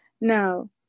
Now